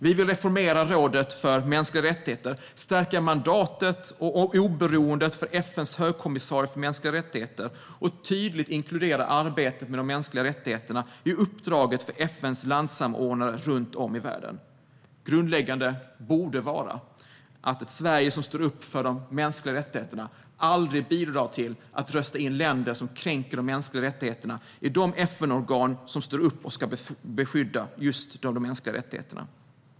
Vi vill reformera rådet för mänskliga rättigheter, stärka mandatet och oberoendet för FN:s högkommissarie för mänskliga rättigheter och tydligt inkludera arbetet med de mänskliga rättigheterna i uppdraget för FN:s landssamordnare runt om i världen. Grundläggande borde vara att ett Sverige som står upp för de mänskliga rättigheterna aldrig bidrar till att rösta in länder som kränker de mänskliga rättigheterna i de FN-organ som står upp för och ska beskydda just de rättigheterna.